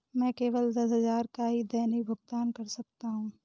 मैं केवल दस हजार का ही दैनिक भुगतान कर सकता हूँ